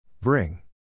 Bring